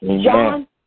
John